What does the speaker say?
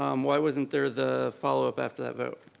um why wasn't there the follow up after that vote?